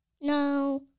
No